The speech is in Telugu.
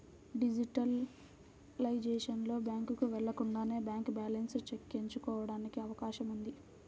డిజిటలైజేషన్ లో, బ్యాంకుకు వెళ్లకుండానే బ్యాంక్ బ్యాలెన్స్ చెక్ ఎంచుకోవడానికి అవకాశం ఉంది